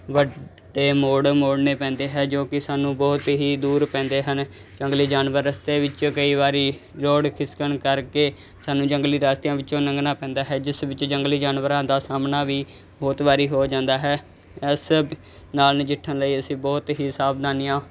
ਵੱਡੇ ਮੋੜ ਮੋੜਨੇ ਪੈਂਦੇ ਹੈ ਜੋ ਕਿ ਸਾਨੂੰ ਬਹੁਤ ਹੀ ਦੂਰ ਪੈਂਦੇ ਹਨ ਜੰਗਲੀ ਜਾਨਵਰ ਰਸਤੇ ਵਿੱਚ ਕਈ ਵਾਰੀ ਜੋੜ ਖਿਸਕਣ ਕਰਕੇ ਸਾਨੂੰ ਜੰਗਲੀ ਰਸਤਿਆਂ ਵਿੱਚੋਂ ਲੰਘਣਾ ਪੈਂਦਾ ਹੈ ਜਿਸ ਵਿੱਚ ਜੰਗਲੀ ਜਾਨਵਰਾਂ ਦਾ ਸਾਹਮਣਾ ਵੀ ਬਹੁਤ ਵਾਰੀ ਹੋ ਜਾਂਦਾ ਹੈ ਇਸ ਨਾਲ ਨਜਿੱਠਣ ਲਈ ਅਸੀਂ ਬਹੁਤ ਹੀ ਸਾਵਧਾਨੀਆਂ